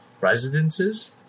residences